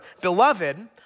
beloved